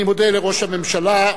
אני מודה לראש הממשלה,